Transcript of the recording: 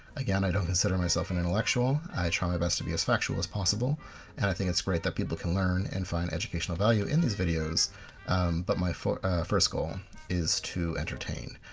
again, i don't consider myself an intellectual, i try my best to be as factual as possible and i think its great that people can learn and find educational value in these videos but my first goal is to entertain.